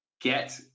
get